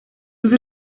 sus